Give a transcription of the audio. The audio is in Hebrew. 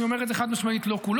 אני אומר את זה חד-משמעית, לא כולו.